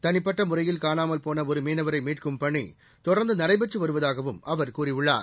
தனிப்பட்ட முறையில் காணாமல் போன மற்றொரு மீனவரை மீட்கும் பணி தொடர்ந்து நடைபெற்று வருவதாகவும் அவர் கூறியுள்ளார்